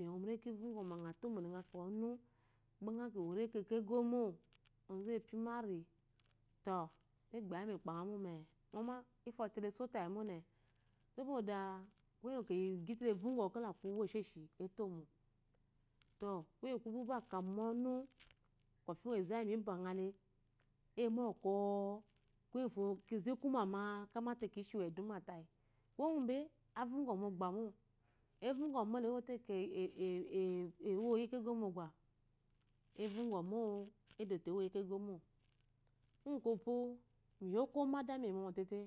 Ŋoworeko ba ŋo tomole gba ŋokonu gba ŋo kiworekó kegomo gbá onzú epé mi ari to migbatyi mikpaŋa mome ŋoma ifate iosotayi mone kuwo kwongu mi gité la vongɔ úwoshoshi etomo ku bo aka mba omu eza iyimi bagale iyi bɔkɔ kuye ngufo kize ikumama. kyámáte kishi wú edumá tayi kuwó ngu mbe a von gɔ mógbamó a vobgɔ mogbámó lé ewo te bɔ ewóyi kego mogba a vongɔ edote ewo kegomo ngu kwopo mi yi oko umadami eymɔmɔ tété